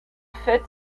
fait